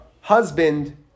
husband